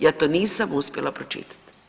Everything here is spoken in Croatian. Ja to nisam uspjela pročitati.